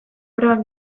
probak